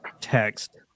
text